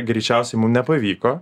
greičiausiai mum nepavyko